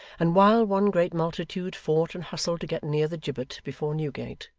and while one great multitude fought and hustled to get near the gibbet before newgate,